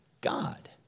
God